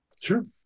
Sure